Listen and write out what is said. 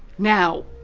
now.